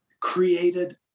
created